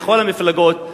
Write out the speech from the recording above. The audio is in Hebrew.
מכל המפלגות,